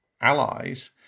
allies